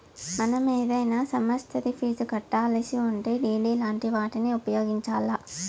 మనం ఏదైనా సమస్తరి ఫీజు కట్టాలిసుంటే డిడి లాంటి వాటిని ఉపయోగించాల్ల